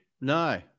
No